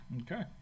Okay